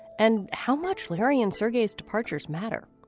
and how much larry and sergei's departures matter.